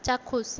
চাক্ষুষ